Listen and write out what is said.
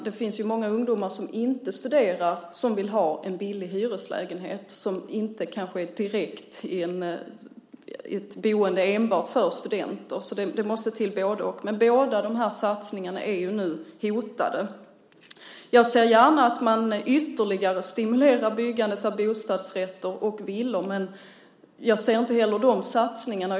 Det finns många ungdomar som inte studerar som vill ha en billig hyreslägenhet i ett boende som kanske inte enbart är för studenter. Det måste alltså till både-och. Båda dessa satsningar är nu dock hotade. Jag ser gärna att man ytterligare stimulerar byggandet av bostadsrätter och villor, men jag ser inte heller de satsningarna.